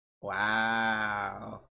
Wow